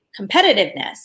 competitiveness